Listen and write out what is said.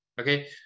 okay